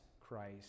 Christ